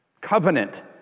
covenant